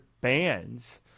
bands